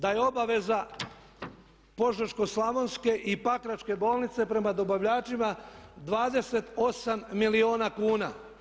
Da je obaveza Požeško-slavonske i Pakračke bolnice prema dobavljačima 28 milijuna kuna.